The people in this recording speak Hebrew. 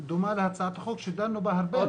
היא דומה להצעת החוק שדנו בה הרבה.